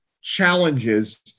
challenges